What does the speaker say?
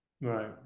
Right